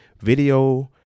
Video